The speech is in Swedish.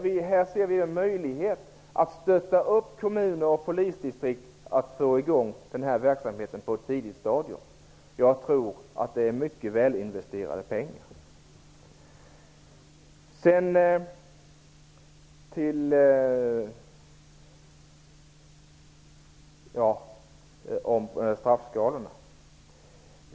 Vi ser här en möjlighet att stötta kommuner och polisdistrikt att komma i gång med den här verksamheten på ett tidigt stadium. Jag tror att det är mycket välinvesterade pengar. Sedan till frågan om straffskalorna.